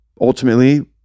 ultimately